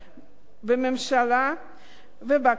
בממשלה ובכנסת,